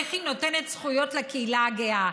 איך היא נותנת זכויות לקהילה הגאה.